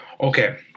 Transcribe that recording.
Okay